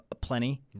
plenty